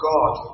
God